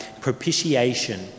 propitiation